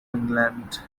england